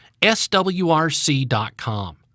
swrc.com